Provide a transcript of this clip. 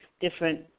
different